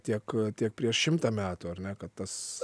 tiek tiek prieš šimtą metų ar ne kad tas